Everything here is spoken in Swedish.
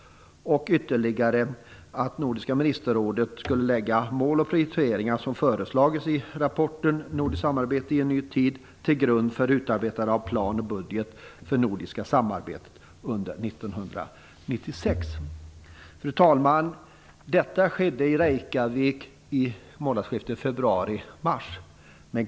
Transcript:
Dessutom skulle nordiska ministerrådet lägga mål och prioriteringar som föreslagits i rapporten Nordiskt samarbete i en ny tid till grund för utarbetandet av plan och budget för det nordiska samarbetet under 1996. Fru talman! Detta skedde i Reykjavik i månadsskiftet februari/mars.